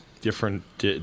different